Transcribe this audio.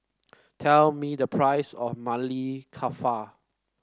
tell me the price of Maili Kofta